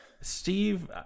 Steve